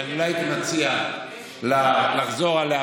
שלא הייתי מציע לחזור עליה,